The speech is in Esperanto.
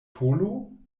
polo